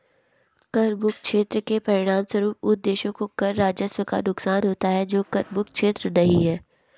कर मुक्त क्षेत्र के परिणामस्वरूप उन देशों को कर राजस्व का नुकसान होता है जो कर मुक्त क्षेत्र नहीं हैं